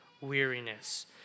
weariness